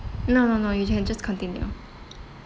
no no no you can just continue